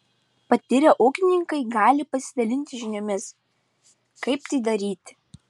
patyrę ūkininkai gali pasidalinti žiniomis kaip tai daryti